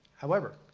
however,